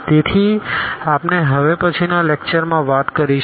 તેથી આપણે હવે પછી ના લેકચર માં વાત કરીશું